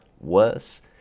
worse